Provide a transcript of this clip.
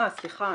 כן, סליחה.